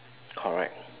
correct